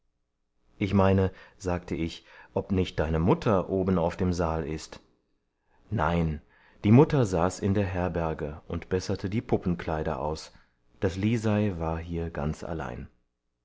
ich meine sagte ich ob nicht deine mutter oben auf dem saal ist nein die mutter saß in der herberge und besserte die puppenkleider aus das lisei war hier ganz allein